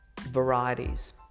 varieties